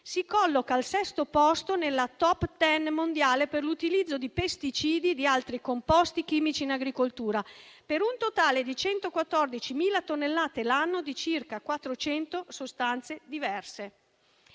si colloca al sesto posto nella *top ten* mondiale per l'utilizzo di pesticidi e di altri composti chimici in agricoltura, per un totale di 114.000 tonnellate l'anno e di circa 400 sostanze diverse.